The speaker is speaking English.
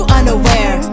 unaware